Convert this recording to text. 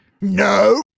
No